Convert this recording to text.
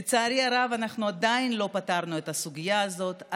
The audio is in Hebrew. לצערי הרב אנחנו עדיין לא פתרנו את הסוגיה הזאת,